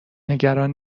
نگران